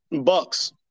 Bucks